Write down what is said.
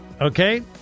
Okay